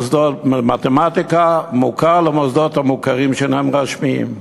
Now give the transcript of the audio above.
ספר מתמטיקה מוכר למוסדות המוכרים שאינם רשמיים.